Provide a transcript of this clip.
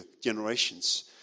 generations